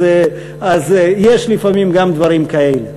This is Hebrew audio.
אז יש לפעמים גם דברים כאלה.